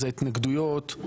ההתנגדויות,